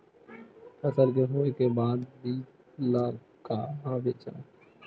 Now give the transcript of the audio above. फसल के होय के बाद बीज ला कहां बेचबो?